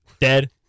Dead